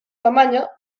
alemanya